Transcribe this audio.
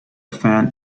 fan